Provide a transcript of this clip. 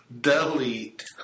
delete